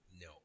No